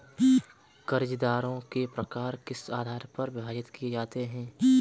कर्जदारों के प्रकार किस आधार पर विभाजित किए जाते हैं?